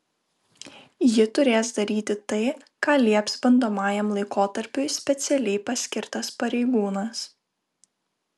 ji turės daryti tai ką lieps bandomajam laikotarpiui specialiai paskirtas pareigūnas